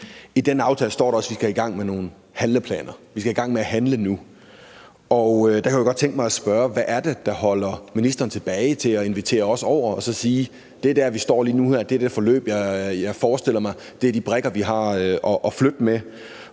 I den aftale står der også, at vi skal i gang med nogle handleplaner. Vi skal i gang med at handle nu. Der kunne jeg godt tænke mig at spørge, hvad det er, der holder ministeren tilbage med hensyn til at invitere os over og sige: Det er her, vi står lige nu; det er det forløb, jeg forestiller mig; det er de brikker, vi har at flytte med.